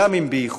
גם אם באיחור.